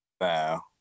Wow